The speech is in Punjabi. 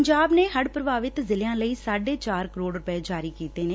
ਪੰਜਾਬ ਨੇ ਹੜ ਪ੍ਰਭਾਵਿਤ ਜ਼ਿਲ਼ਿਆਂ ਲਈ ਸਾਢੇ ਚਾਰ ਕਰੋੜ ਰੁਧੈ ਜਾਰੀ ਕੀਤੇ ਨੇ